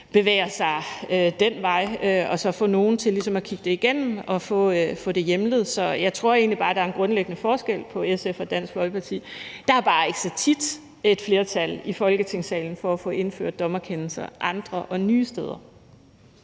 bevæger sig den vej, altså at få nogle til at kigge det igennem og få det hjemlet. Så jeg tror egentlig bare, der er en grundlæggende forskel på SF og Dansk Folkeparti. Der er bare ikke så tit et flertal i Folketingssalen for at få indført dommerkendelser andre og nye steder.